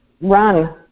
run